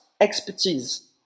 expertise